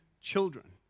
children